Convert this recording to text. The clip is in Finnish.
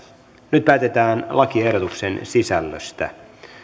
nyt päätetään lakiehdotuksen sisällöstä